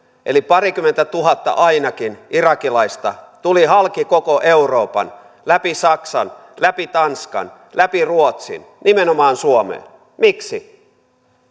eli parikymmentätuhatta ainakin irakilaista tuli halki koko euroopan läpi saksan läpi tanskan läpi ruotsin nimenomaan suomeen miksi